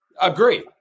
Agree